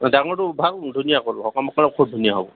ডাঙৰটো ভাল ধুনীয়া কল সকাম নিকামৰ কাৰণে খুব ধুনীয়া হ'ব